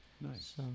Nice